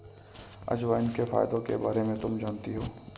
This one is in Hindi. अजवाइन के फायदों के बारे में तुम जानती हो?